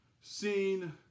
seen